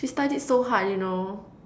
she studied so hard you know